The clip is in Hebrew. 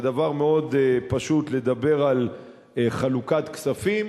זה דבר מאוד פשוט לדבר על חלוקת כספים,